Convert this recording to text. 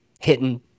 hitting